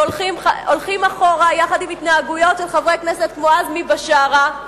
שהולכים אחורה יחד עם התנהגויות של חברי כנסת כמו עזמי בשארה,